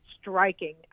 striking